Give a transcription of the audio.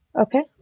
Okay